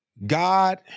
God